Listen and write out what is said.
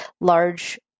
large